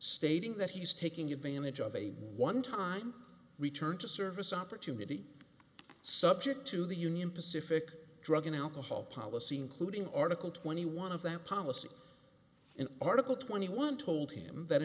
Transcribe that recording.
stating that he is taking advantage of a one time return to service opportunity subject to the union pacific drug and alcohol policy including article twenty one of that policy in article twenty one told him